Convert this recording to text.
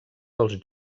dels